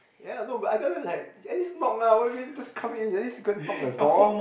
ya no but I tell them like at least knock lah what you mean just come in at least you go and knock the door